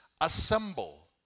assemble